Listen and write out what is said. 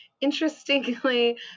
interestingly